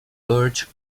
urged